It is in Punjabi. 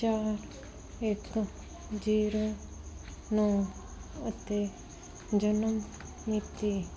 ਚਾਰ ਇੱਕ ਜ਼ੀਰੋ ਨੌਂ ਅਤੇ ਜਨਮ ਮਿਤੀ